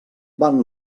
van